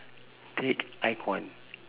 take icon